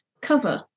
cover